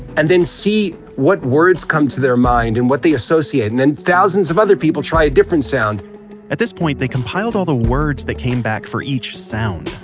and then see what words come to their mind and what they associate. and then, thousands of other people try a different sound at this point they compiled all the words that came back for each sound.